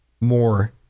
more